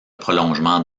prolongement